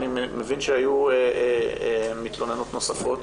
אני מבין שהיו מתלוננות נוספות.